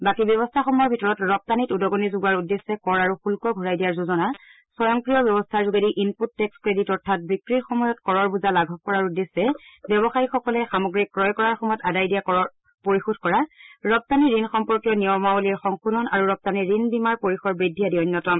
বাকী ব্যৱস্থাসমূহৰ ভিতৰত ৰপ্তানিত উদ্গণি যোগোৱাৰ উদ্দেশ্যে কৰ আৰু শুল্ক ঘূৰাই দিয়াৰ যোজনা স্বয়ংক্ৰিয় ব্যৱস্থাৰ যোগেদি ইনপুট টেক্স ক্ৰেডিট অৰ্থাৎ বিক্ৰীৰ সময়ত কৰৰ বোজা লাঘৱ কৰাৰ উদ্দেশ্যে ব্যৱসায়ীসকলে সামগ্ৰী ক্ৰয় কৰাৰ সময়ত আদায় দিয়া কৰ পৰিশোধ কৰা ৰপ্তানি ঋণ সম্পৰ্কীয় নিয়মাৱলীৰ সংশোধন আৰু ৰপ্তানি ঋণ বীমাৰ পৰিসৰ বৃদ্ধি আদি অন্যতম